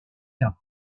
quint